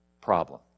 problem